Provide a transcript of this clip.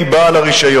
האזרח.